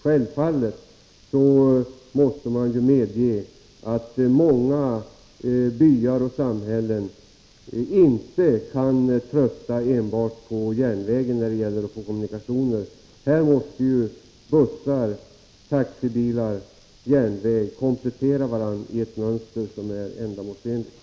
Självfallet måste man medge att många byar och samhällen inte kan lita enbart till järnvägen när det gäller att få kommunikationer. Här måste ju bussar, taxibilar och järnväg komplettera varandra i ett mönster som är ändamålsenligt.